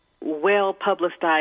well-publicized